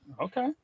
okay